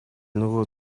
нөгөө